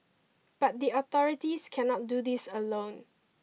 but the authorities cannot do this alone